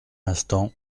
instant